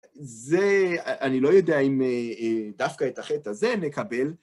זה, אני לא יודע אם דווקא את החטא הזה נקבל.